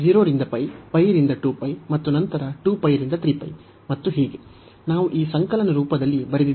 0 ರಿಂದ π π ರಿಂದ 2π ಮತ್ತು ನಂತರ 2π ರಿಂದ 3π ಮತ್ತು ಹೀಗೆ ನಾವು ಈ ಸಂಕಲನ ರೂಪದಲ್ಲಿ ಬರೆದಿದ್ದೇವೆ